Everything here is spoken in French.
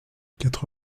quatre